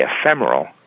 ephemeral